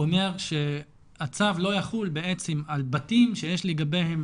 אומר שהצו לא יחול בעצם על בתים שיש לגביהם